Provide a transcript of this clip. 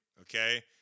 Okay